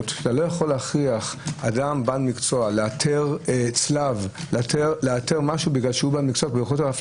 להודות שאתה לא יכול להכריח אדם בעל מקצוע ליצור צלב ולתבוע אותו.